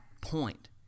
point